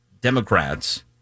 Democrats